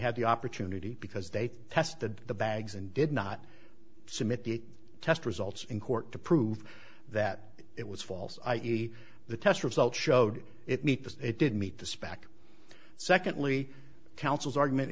had the opportunity because they tested the bags and did not submit the test results in court to prove that it was false i e the test result showed it meet the it didn't meet the spec secondly councils argument